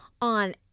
on